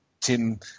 Tim